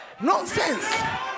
nonsense